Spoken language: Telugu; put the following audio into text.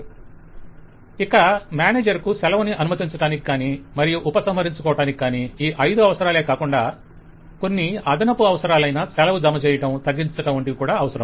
వెండర్ ఇక మేనేజర్ కు సెలవును అనుమతించటానికి కాని మరియు ఉపసంహరించటానికి కాని ఈ ఐదు అవసరాలే కాకుండా కొన్ని అదనపు అవసరాలైన సెలవు జమచేయటం తగ్గించటం వంటివి కూడా అవసరం